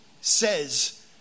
says